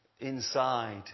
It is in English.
inside